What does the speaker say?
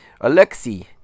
Alexi